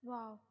Wow